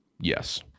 yes